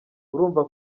urumva